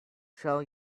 shall